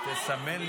מי יודע,